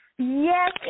Yes